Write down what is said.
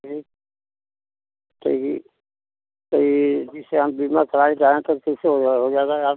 ठीक तो यह तो यह जिसे हम बीमा कराना चाहें तो कैसे हो हो जाएगा आप